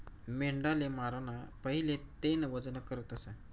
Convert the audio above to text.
मेंढाले माराना पहिले तेनं वजन करतस